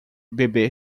bebê